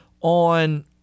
on